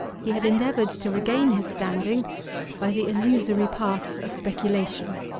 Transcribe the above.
he had endeavoured to regain his standing by the illusory path of speculation.